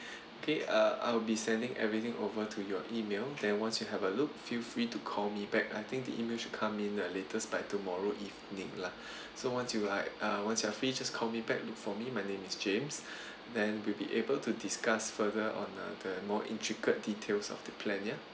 okay uh I will be sending everything over to your email then once you have a look feel free to call me back I think the email should come in uh latest by tomorrow evening lah so once you like uh once you are free just call me back look for me my name is james then will be able to discuss further on the more intricate details of the plan yeah